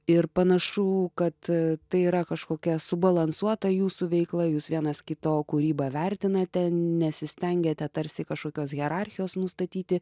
ir panašu kad tai yra kažkokia subalansuota jūsų veikla jūs vienas kito kūrybą vertinate nesistengiate tarsi kažkokios hierarchijos nustatyti